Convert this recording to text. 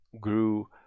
grew